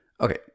Okay